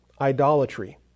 idolatry